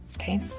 Okay